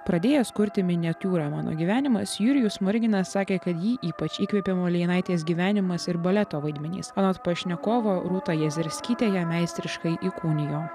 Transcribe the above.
pradėjęs kurti miniatiūrą mano gyvenimas jurijus smoriginas sakė kad jį ypač įkvėpė malėjinaitės gyvenimas ir baleto vaidmenys anot pašnekovo rūta jezerskytė ją meistriškai įkūnijo